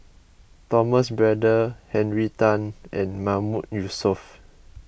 Thomas Braddell Henry Tan and Mahmood Yusof